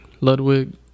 ludwig